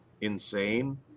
insane